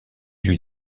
lui